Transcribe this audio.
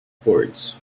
boards